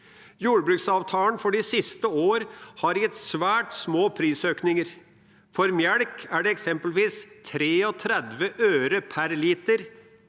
Jord bruksavtalen for de siste åra har gitt svært små prisøkninger. For melk er det eksempelvis 33 øre per liter.